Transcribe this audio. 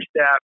step